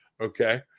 Okay